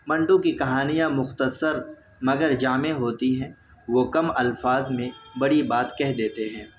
منٹو کی کہانیاں مختصر مگر جامع ہوتی ہیں وہ کم الفاظ میں بڑی بات کہہ دیتے ہیں